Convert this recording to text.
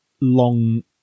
long